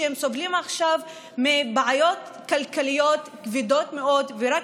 שסובלים עכשיו מבעיות כלכליות כבדות מאוד שרק